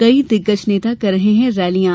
कई दिग्गज नेता कर रहे हैं रैलियां